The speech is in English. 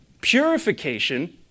Purification